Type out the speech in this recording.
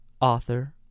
author